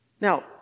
Now